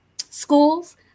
schools